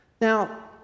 Now